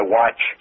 watch